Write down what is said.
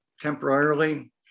temporarily